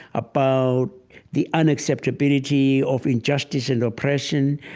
about the unacceptability of injustice and oppression.